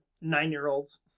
nine-year-olds